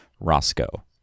Roscoe